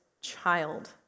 child